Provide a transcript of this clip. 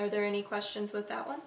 are there any questions with that